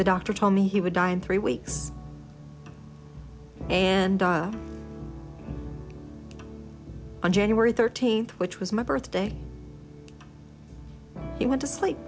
the doctor told me he would die in three weeks and on january thirteenth which was my birthday he went to sleep